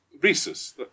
Rhesus